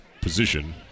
position